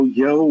yo